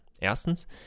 Erstens